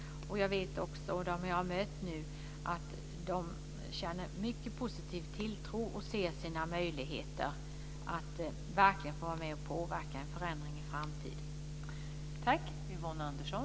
Jag vet också att man känner en mycket positiv tilltro till möjligheterna att verkligen få vara med och påverka en förändring i framtiden.